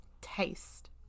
taste